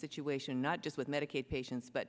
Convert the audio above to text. situation not just with medicaid patients but